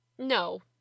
No